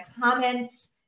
comments